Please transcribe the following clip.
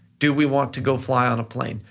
do we want to go fly on a plane?